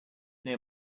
near